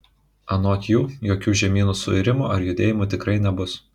anot jų jokių žemynų suirimų ar judėjimų tikrai nebus